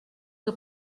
que